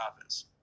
office